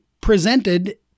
presented